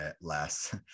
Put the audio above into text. less